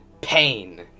Pain